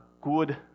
good